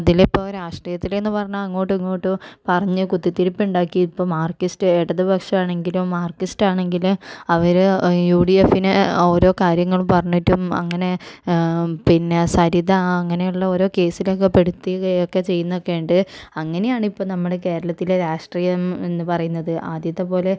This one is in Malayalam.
അതിലിപ്പോൾ രാഷ്ട്രീയത്തിലെന്ന് പറഞ്ഞാൽ അങ്ങോട്ടും ഇങ്ങോട്ടും പറഞ്ഞ് കുത്തിതിരിപ്പുണ്ടാക്കി ഇപ്പം മാർക്കിസ്റ്റ് ഇടത് പക്ഷമാണെങ്കിലും മാർക്കിസ്റ്റ് ആണെങ്കിലും അവർ യു ഡി എഫിന് ഓരോ കാര്യങ്ങൾ പറഞ്ഞിട്ടും അങ്ങനെ പിന്നെ സരിത അങ്ങനെയുള്ള ഓരോ കേസിലൊക്കെ പെടുത്തുകയൊക്കെ ചെയ്യുന്നൊക്കെയുണ്ട് അങ്ങനെയാണ് ഇപ്പം നമ്മുടെ കേരളത്തിലെ രാഷ്ട്രീയം എന്നു പറയുന്നത് ആദ്യത്തെ പോലെ